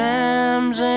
times